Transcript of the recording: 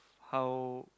how